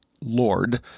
Lord